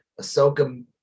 Ahsoka